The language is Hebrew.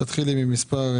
מטעמים תפעוליים,